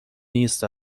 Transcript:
نیست